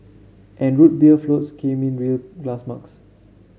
and Root Beer floats came in real glass mugs